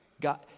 God